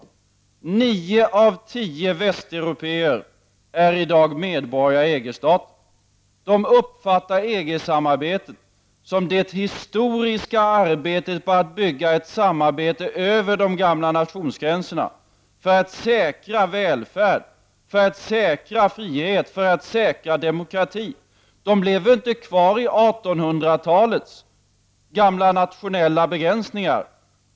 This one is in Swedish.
Nio av tio väst européer är i dag medborgare i EG-stater. De uppfattar EG-samarbetet som det historiska arbetet på att bygga upp ett samarbete över de gamla nationsgränserna för att säkra välfärd, frihet och demokrati. De lever inte kvar i 1800-talets gamla nationella begränsningar.